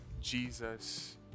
Jesus